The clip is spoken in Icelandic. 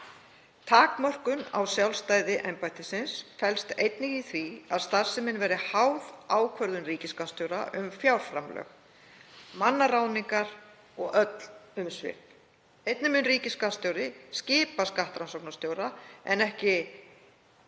Takmörkun á sjálfstæði embættisins felst einnig í því að starfsemin verði háð ákvörðun ríkisskattstjóra um fjárframlög, mannaráðningar og öll umsvif. Einnig mun ríkisskattstjóri skipa skattrannsóknarstjóra en ekki